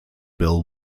bill